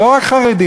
לא רק חרדים.